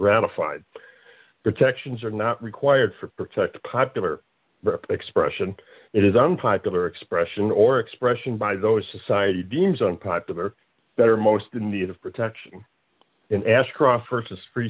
ratified protections are not required for protect the popular expression it is unpopular expression or expression by those society deems unpopular that are most in need of protection in ashcroft versus free